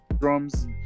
drums